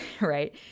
right